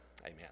Amen